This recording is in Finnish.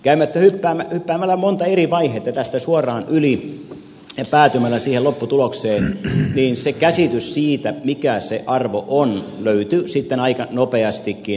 kun hypätään tästä monta eri vaihetta yli ja päädytään siihen lopputulokseen niin se käsitys siitä mikä se arvo on löytyi sitten aika nopeastikin